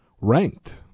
ranked